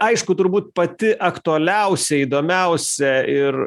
tai aišku turbūt pati aktualiausia įdomiausia ir